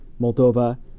Moldova